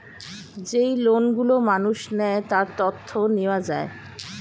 যেই লোন গুলো মানুষ নেয়, তার তথ্য নেওয়া যায়